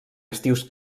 estius